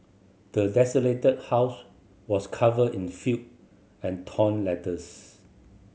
the desolated house was covered in filth and torn letters